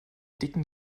dicken